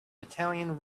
italian